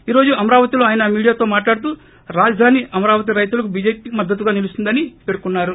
ఈ రోజు అమరావతిలో ఆయన మీడియాతో మాట్లాడుతూ రాజాధాని అమరావతి రైతులకు బీజేపీ మద్దతుగా నిలుస్తుందని పేర్కొన్నారు